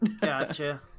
Gotcha